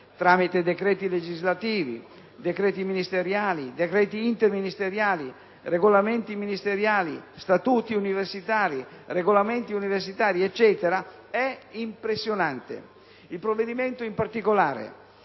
(tramite decreti legislativi, decreti ministeriali, decreti interministeriali, regolamenti ministeriali, statuti universitari, regolamenti universitari, e così via) è impressionante. Il provvedimento, in particolare,